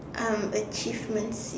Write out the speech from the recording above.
um achievements